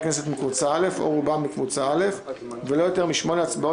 כנסת מקבוצה א' (או רובם מקבוצה א') ולא יותר מ-8 הצבעות